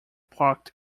parked